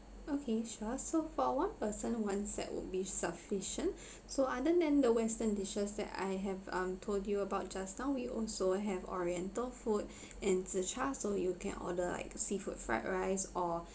okay sure so for one person one set would be sufficient so other than the western dishes that I have um told you about just now we also have oriental food and zi char so you can order like a seafood fried rice or